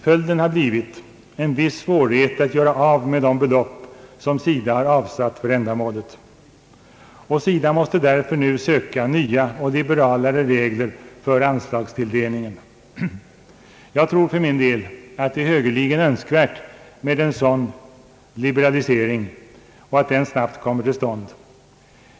Följden har blivit en viss svårighet att göra av med medel som SIDA har avsatt för ändamålet. SIDA måste därför nu söka nya och liberalare regler för anslagstilldelningen. Jag tror för min del att det är högeligen önskvärt med en sådan liberalisering och att den snabbt kommer till stånd.